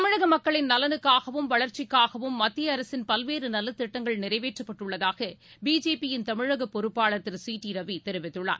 தமிழக மக்களின் நலனுக்காகவும் வளர்ச்சிக்காகவும் மத்திய அரசின் பல்வேறு நலத்திட்டங்கள் நிறைவேற்றப்பட்டுள்ளதாக பிஜேபி யின் தமிழக பொறுப்பாளர் திரு சி டி ரவி தெரிவித்துள்ளார்